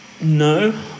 No